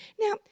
Now